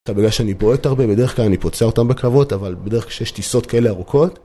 בגלל שאני בועט הרבה בדרך כלל אני פוצע אותן בקרבות, אבל בדרך כלל כשיש טיסות כאלה ארוכות